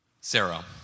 Sarah